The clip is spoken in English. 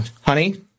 honey